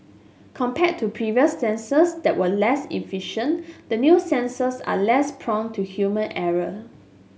compared to previous sensors that were less efficient the new sensors are less prone to human error